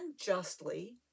justly